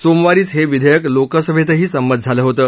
सोमवारीच हे विधेयक लोकसभेतही संमत झालं होतं